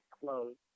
closed